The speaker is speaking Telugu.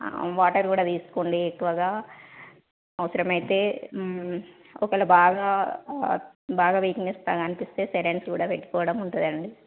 వాటర్ కూడా తీసుకోండి ఎక్కువగా అవసరం అయితే ఒకవేళ బాగా బాగా వీక్నెస్ అనిపిస్తే సెలెన్స్ కూడా పెట్టుకోవడం ఉంటదండి